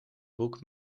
boek